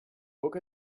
book